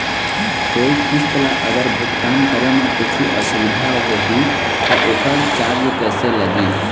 कोई किस्त ला अगर भुगतान करे म कुछू असुविधा होही त ओकर चार्ज कैसे लगी?